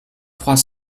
trois